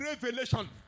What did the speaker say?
revelation